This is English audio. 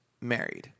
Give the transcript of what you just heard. married